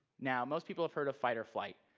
now, most people have heard of fight or flight,